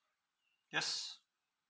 yes